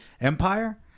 empire